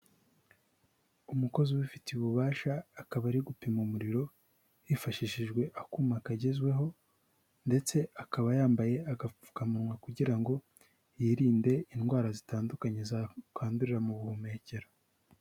Umukozi ubifitiye ububasha, akaba ari gupima umuriro, hifashishijwe akuma kagezweho ndetse akaba yambaye agapfukamunwa kugira ngo yirinde indwara zitandukanye zakwandurira mu buhumekero.